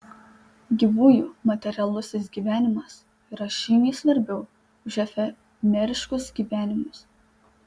gyvųjų materialusis gyvenimas yra žymiai svarbiau už efemeriškus gyvenimus